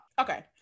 Okay